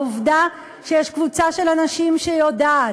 העובדה היא שיש קבוצה של אנשים שיודעת